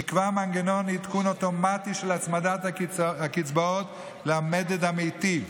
נקבע מנגנון עדכון אוטומטי של הצמדת הקצבאות למדד המיטיב,